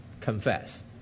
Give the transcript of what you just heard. Confess